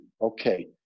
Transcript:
Okay